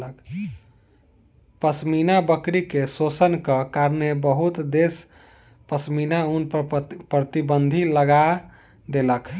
पश्मीना बकरी के शोषणक कारणेँ बहुत देश पश्मीना ऊन पर प्रतिबन्ध लगा देलक